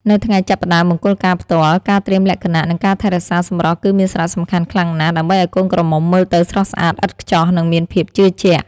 នៅថ្ងៃចាប់ផ្តើមមង្គលការផ្ទាល់ ការត្រៀមលក្ខណៈ និងការថែរក្សាសម្រស់គឺមានសារៈសំខាន់ខ្លាំងណាស់ ដើម្បីឱ្យកូនក្រមុំមើលទៅស្រស់ស្អាតឥតខ្ចោះ និងមានភាពជឿជាក់ ។